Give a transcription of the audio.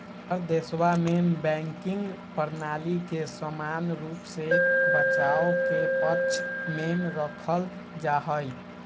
हर देशवा में बैंकिंग प्रणाली के समान रूप से बचाव के पक्ष में रखल जाहई